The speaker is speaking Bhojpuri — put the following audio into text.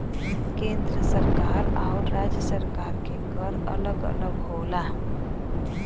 केंद्र सरकार आउर राज्य सरकार के कर अलग अलग होला